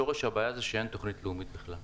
שורש הבעיה זה שאין תוכנית לאומית בכלל.